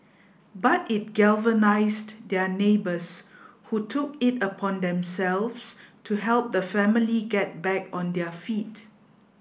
but it galvanised their neighbours who took it upon themselves to help the family get back on their feet